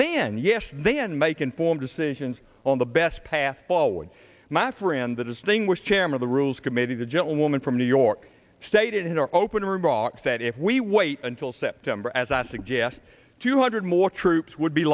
then yes then make informed decisions on the best path forward my friend the distinguished chairman of the rules committee the gentlewoman from new york state in our open remarks that if we wait until september as i suggest two hundred more troops would be